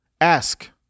Ask